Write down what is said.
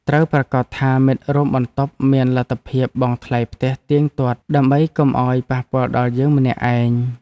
ត្រូវប្រាកដថាមិត្តរួមបន្ទប់មានលទ្ធភាពបង់ថ្លៃផ្ទះទៀងទាត់ដើម្បីកុំឱ្យប៉ះពាល់ដល់យើងម្នាក់ឯង។